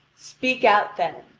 speak out then,